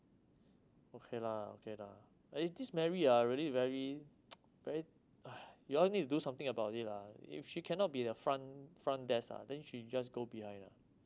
okay lah okay lah eh this mary ah really very very !aiya! you all need to do something about it lah if she cannot be the front front desk ah then she just go behind ah